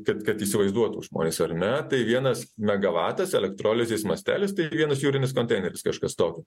kad kad įsivaizduotų žmonės ar ne tai vienas megavatas elektrolizės mastelis tai vienas jūrinis konteineris kažkas tokio